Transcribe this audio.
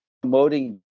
promoting